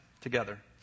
together